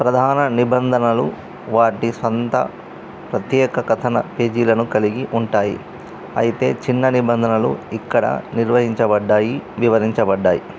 ప్రధాన నిబంధనలు వాటి స్వంత ప్రత్యేక కథన పేజీలను కలిగి ఉంటాయి అయితే చిన్న నిబంధనలు ఇక్కడ నిర్వహించబడ్డాయి వివరించబడ్డాయి